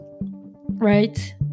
right